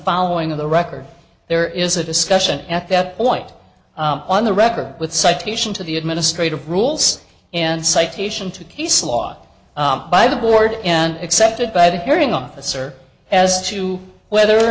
following in the record there is a discussion at that point on the record with citation to the administrative rules and citation to case law by the board and accepted by the hearing officer as to whether or